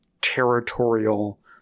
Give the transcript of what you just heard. territorial